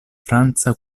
franca